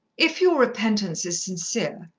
if your repentance is sincere,